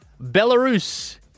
Belarus